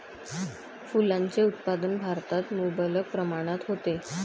फुलांचे उत्पादन भारतात मुबलक प्रमाणात होते